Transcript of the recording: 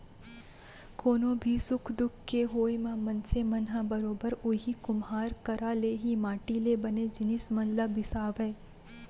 कोनो भी सुख दुख के होय म मनसे मन ह बरोबर उही कुम्हार करा ले ही माटी ले बने जिनिस मन ल बिसावय